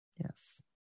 Yes